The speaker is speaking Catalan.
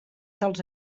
dels